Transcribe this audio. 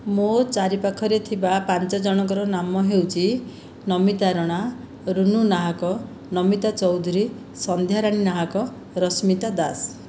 ମୋ' ଚାରି ପାଖରେ ଥିବା ପାଞ୍ଚ ଜଣଙ୍କର ନାମ ହେଉଛି ନମିତା ରଣା ରୁନୁ ନାହାକ ନମିତା ଚୌଧୁରୀ ସନ୍ଧ୍ୟାରାଣୀ ନାହାକ ରଶ୍ମିତା ଦାସ